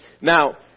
now